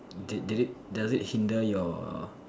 did did it does it hinder your